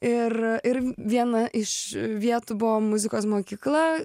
ir ir viena iš vietų buvo muzikos mokykla